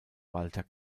walter